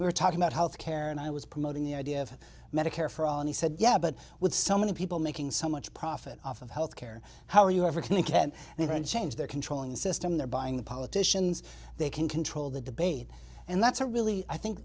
were talking about health care and i was promoting the idea of medicare for all and he said yeah but with so many people making so much profit off of health care how are you ever can again and then change they're controlling the system they're buying the politicians they can control the debate and that's a really i think